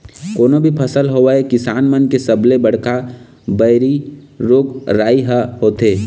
कोनो भी फसल होवय किसान मन के सबले बड़का बइरी रोग राई ह होथे